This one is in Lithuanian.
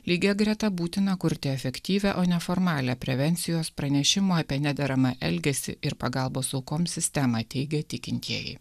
lygia greta būtina kurti efektyvią o ne formalią prevencijos pranešimą apie nederamą elgesį ir pagalbos aukoms sistemą teigia tikintieji